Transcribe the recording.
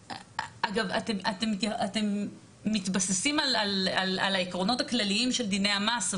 אתם מתבססים על העקרונות הכלכליים של דיני המס.